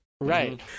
Right